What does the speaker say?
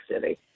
City